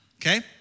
Okay